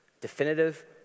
Definitive